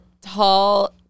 tall